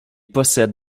possède